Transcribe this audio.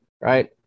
right